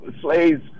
slaves